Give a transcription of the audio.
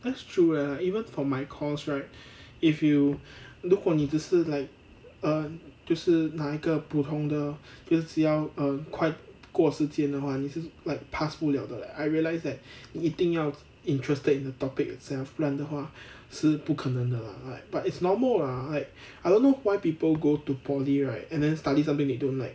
that's true leh like even for my course right if you 如果你只是 like um 就是拿一个普通的 err 快过时间的话你就是 like pass 不了的 leh I realize that 你一定要 interested in the topic itself 不然的话是不可能的 lah like but it's normal lah like I don't know why people go to poly right and then study something they don't like